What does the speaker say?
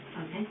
Okay